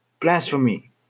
Blasphemy